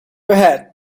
ahead